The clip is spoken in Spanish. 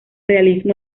realismo